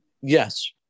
Yes